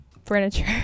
furniture